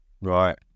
Right